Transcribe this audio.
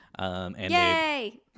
Yay